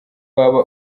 waba